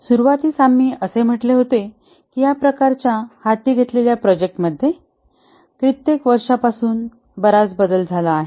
सुरुवातीस आम्ही असे म्हटले होते की ह्या प्रकारच्या हाती घेतलेल्या प्रोजेक्ट मध्ये कित्येक वर्षांपासून बराच बदल झाला आहे